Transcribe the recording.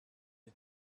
the